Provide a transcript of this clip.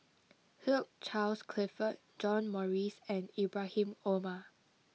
Hugh Charles Clifford John Morrice and Ibrahim Omar